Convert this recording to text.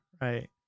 right